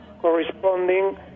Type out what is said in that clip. corresponding